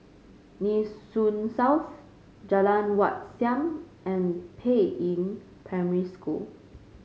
Nee Soon South Jalan Wat Siam and Peiying Primary School